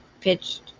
pitched